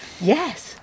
Yes